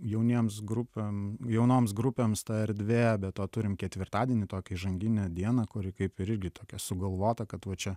jauniems grupėm jaunoms grupėms ta erdvė be to turim ketvirtadienį tokią įžanginę dieną kuri kaip irgi tokia sugalvota kad va čia